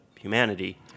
humanity